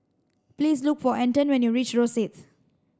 please look for Anton when you reach Rosyth